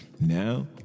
Now